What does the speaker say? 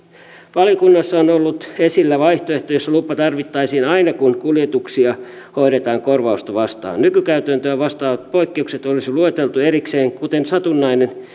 valiokunnassa on ollut esillä vaihtoehto jossa lupa tarvittaisiin aina kun kuljetuksia hoidetaan korvausta vastaan nykykäytäntöä vastaavat poikkeukset olisi lueteltu erikseen kuten satunnainen